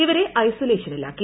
ഇവരെ ഐസൊലേഷനിലാക്കി